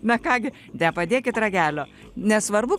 na ką gi nepadėkit ragelio nesvarbu